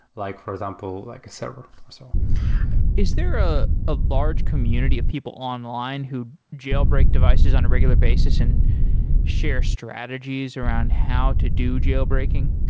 like for example, like a server or so on is there a a large community of people online who jailbreak devices on a regular basis and share strategies around how to do jailbreaking?